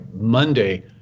Monday